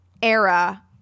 era